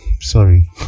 sorry